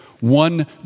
One